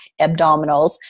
abdominals